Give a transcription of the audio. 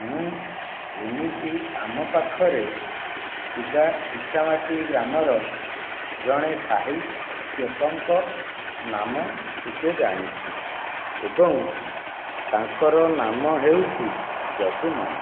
ମୁଁ ଏମିତି ଆମ ପାଖରେ ଥିବା ଇଟାମାଟି ଗ୍ରାମର ଜଣେ ସାହିତ୍ୟିକଙ୍କ ନାମ ଟିକିଏ ଜାଣିଛି ଏବଂ ତାଙ୍କର ନାମ ହେଉଛି ଯଦୁମଣି